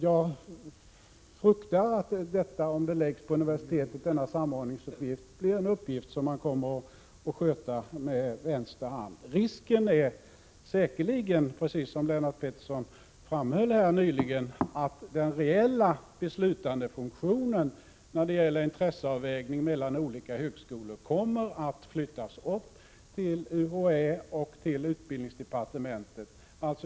Jag fruktar att denna samordning, om den läggs på universitetet, blir en uppgift som kommer att skötas med vänster hand. Risken är säkerligen, precis som Lennart Pettersson framhöll, att den reella beslutandefunktionen när det gäller intresseavvägning mellan olika högskolor kommer att flyttas upp till UHÄ och till utbildningsdepartementet.